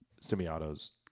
semi-autos